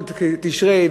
תשרי,